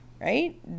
right